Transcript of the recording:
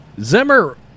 Zimmer